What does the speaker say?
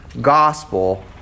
gospel